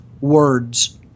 words